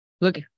Look